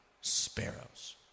sparrows